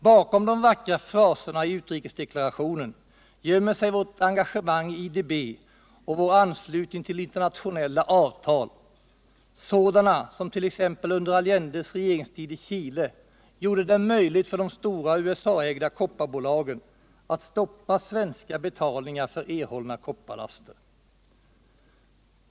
Bakom de vackra fraserna i utrikesdeklarationen gömmer sig vårt engagemang i IDB och vår anslutning till internationella avtal, sådana som t.ex. under Allendes regeringstid i Chile gjorde det möjligt för de stora USA ägda kopparbolagen att stoppa svenska betalningar för erhållna kopparlaster.